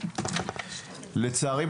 לצערי,